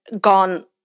gone